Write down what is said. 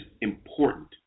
important